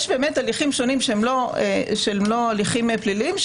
יש הליכים שונים שהם לא הליכים פליליים,